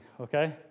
okay